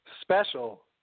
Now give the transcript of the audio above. special